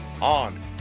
on